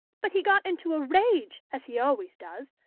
but he got into a rage, as he always does,